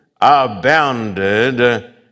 abounded